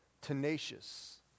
tenacious